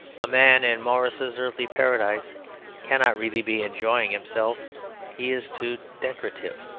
a man in morris's earthly paradise cannot really be enjoying himself he is too decorative.